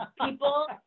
People